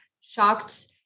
shocked